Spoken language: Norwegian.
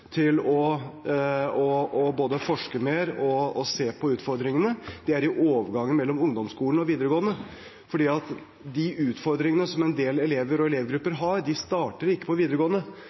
til både å forske mer og å se på utfordringene, er i overgangen mellom ungdomsskolen og videregående, for de utfordringene som en del elever og elevgrupper har, starter ikke på videregående.